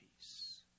Peace